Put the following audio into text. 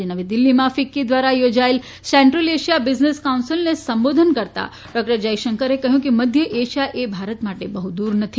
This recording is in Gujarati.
આજે નવીદિલ્હીમાં ફિક્કી દ્વારા યોજાયેલ સેન્ટ્રલ એશીયા બિઝનેસ કાઉન્સીલને સંબોધન કરતાં ડોકટર જયશંકરે કહ્યુંકે મધ્ય એશીયા એ ભારત માટે બહ્ દ્વર નથી